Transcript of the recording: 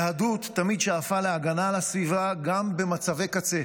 היהדות תמיד שאפה להגנה על הסביבה גם במצבי קצה: